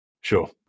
Sure